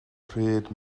pryd